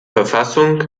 verfassung